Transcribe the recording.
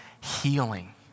healing